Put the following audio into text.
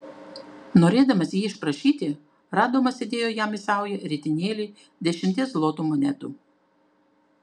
norėdamas jį išprašyti radomas įdėjo jam į saują ritinėlį dešimties zlotų monetų